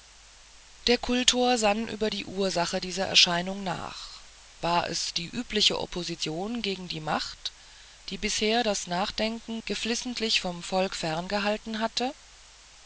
der kultor sann lange über die ursache dieser erscheinung nach war es die natürliche opposition gegen die macht die bisher das nachdenken geflissentlich vom volk ferngehalten hatte